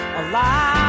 alive